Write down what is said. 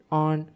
on